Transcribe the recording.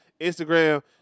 Instagram